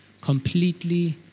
completely